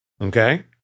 Okay